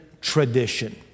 tradition